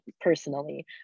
personally